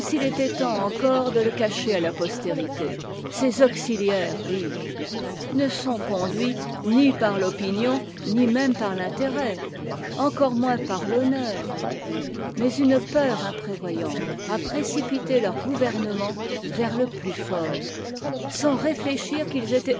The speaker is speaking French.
s'il était temps encore de le cacher à la postérité ces auxiliaires dis-je ne sont conduits ni par l'opinion ni même par l'intérêt encore moins par l'honneur mais une peur imprévoyante a précipité leurs gouvernements vers le plus fort sans réfléchir qu'ils